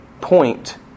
point